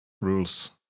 rules